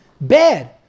bad